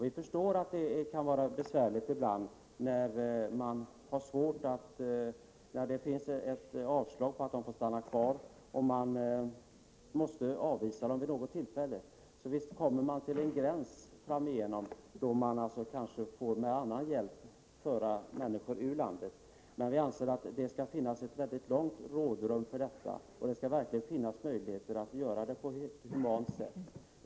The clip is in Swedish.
Vi förstår att det kan vara besvärligt ibland när det finns beslut om avslag på begäran om att få stanna kvar och människorna i fråga måste avvisas. Så visst kan man komma till en gräns då man, kanske med hjälp från lämpligt håll, får föra människor ur landet. Men vi anser att det skall finnas ett mycket väl tilltaget rådrum för detta och möjligheter att utföra utvisningen på ett humant sätt.